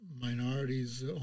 minorities